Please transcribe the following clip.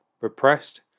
repressed